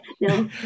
no